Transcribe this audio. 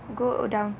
go down